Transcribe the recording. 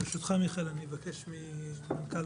בבקשה, מנכ"ל